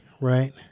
right